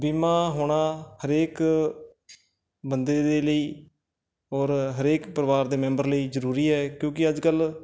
ਬੀਮਾ ਹੋਣਾ ਹਰੇਕ ਬੰਦੇ ਦੇ ਲਈ ਔਰ ਹਰੇਕ ਪਰਿਵਾਰ ਦੇ ਮੈਂਬਰ ਲਈ ਜ਼ਰੂਰੀ ਹੈ ਕਿਉਂਕਿ ਅੱਜ ਕੱਲ੍ਹ